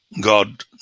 God